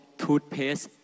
toothpaste